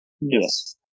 Yes